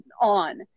on